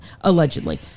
allegedly